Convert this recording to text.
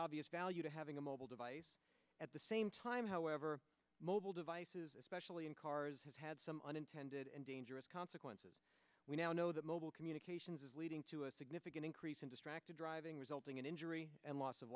obvious value to having a mobile device at the same time however mobile devices especially in cars has had some unintended and dangerous consequences we now know that mobile communications is leading to a significant increase in distracted driving resulting in injury and loss of